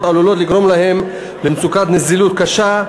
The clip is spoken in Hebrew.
עלולה לגרום להם למצוקת נזילות קשה,